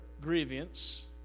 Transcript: grievance